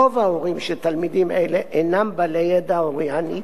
רוב ההורים של תלמידים אלה אינם בעלי ידע אורייני,